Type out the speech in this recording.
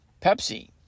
Pepsi